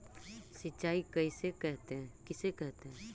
सिंचाई किसे कहते हैं?